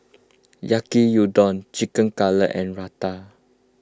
Yaki Udon Chicken Cutlet and Raita